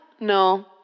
No